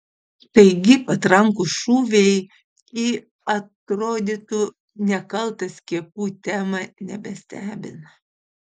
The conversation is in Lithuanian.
taigi patrankų šūviai į atrodytų nekaltą skiepų temą nebestebina